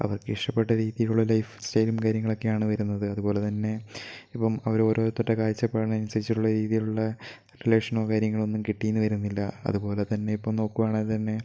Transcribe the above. അവർക്കിഷ്ടപ്പെട്ട രീതിയിലുള്ള ലൈഫ് സ്റ്റൈലും കാര്യങ്ങളൊക്കെയാണ് വരുന്നത് അത്പോലെ തന്നെ ഇപ്പം അവരോരോരുത്തരുടെ കാഴ്ചപ്പാടിനനുസരിച്ചുള്ള രീതിയിലുള്ള റിലേഷനോ കാര്യങ്ങളൊന്നും കിട്ടിയെന്ന് വരുന്നില്ല അത്പോലെ തന്നെ ഇപ്പം നോക്കുവാണേൽ തന്നെ